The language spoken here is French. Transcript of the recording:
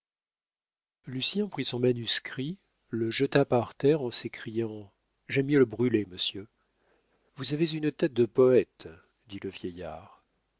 plus lucien prit son manuscrit le jeta par terre en s'écriant j'aime mieux le brûler monsieur vous avez une tête de poète dit le vieillard